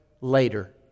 later